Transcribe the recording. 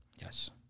Yes